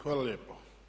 Hvala lijepo.